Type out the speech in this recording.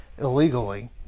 illegally